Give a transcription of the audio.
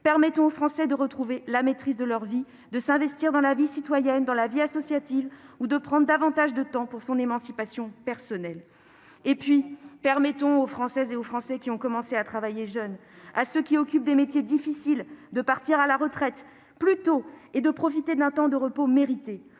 Permettons aux Français de retrouver la maîtrise de leur vie, de s'investir dans la vie citoyenne, dans la vie associative ou de prendre davantage de temps pour leur émancipation personnelle ! Permettons aux Françaises et aux Français qui ont commencé à travailler jeunes et à ceux qui occupent des métiers difficiles de partir à la retraite plus tôt et de profiter d'un temps de repos mérité.